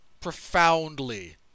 profoundly